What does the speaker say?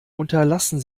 unterlassen